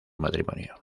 matrimonio